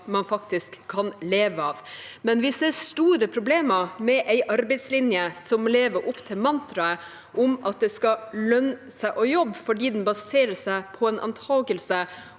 man faktisk kan leve av. Men vi ser store problemer med en arbeidslinje som lever opp til mantraet om at det skal lønne seg å jobbe, fordi den baserer seg på en antagelse